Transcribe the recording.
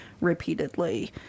repeatedly